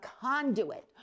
conduit